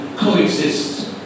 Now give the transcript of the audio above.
coexist